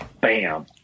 bam